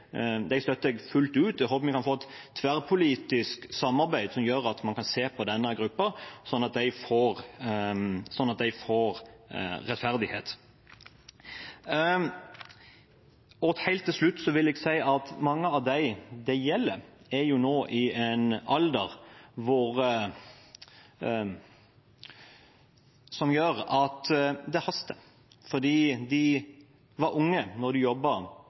fullt ut. Jeg håper vi kan få et tverrpolitisk samarbeid om å se på denne gruppen, sånn at de får rettferdighet. Helt til slutt vil jeg si at mange av dem det gjelder, er nå i en alder som gjør at det haster. De var unge da de